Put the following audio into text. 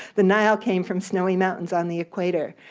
the nile came from snowy mountains on the equator.